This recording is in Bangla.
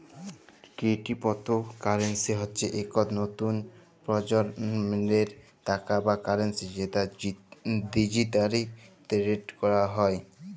কিরিপতো কারেলসি হচ্যে ইকট লতুল পরজলমের টাকা বা কারেলসি যেট ডিজিটালি টেরেড ক্যরা হয়